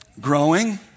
Growing